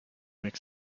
make